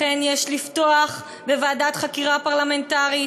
לכן יש לפתוח בוועדת חקירה פרלמנטרית,